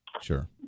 Sure